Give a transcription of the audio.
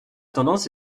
tendance